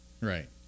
Right